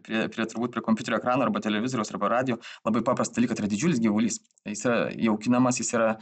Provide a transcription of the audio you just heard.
prie prie turbūt prie kompiuterio ekrano arba televizoriaus arba radijo labai paprastą dalyką tai yra didžiulis gyvulys jis yra jaukinamas jis yra